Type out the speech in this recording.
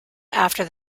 after